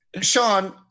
Sean